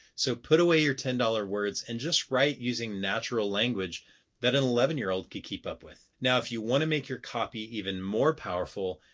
so put away your ten-dollar words and just write using natural language that an eleven year old could keep up with. now if you want to make your copy even more powerful,